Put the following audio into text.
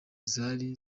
zari